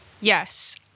Yes